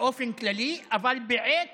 באופן כללי אבל בעת